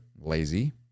lazy